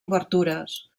obertures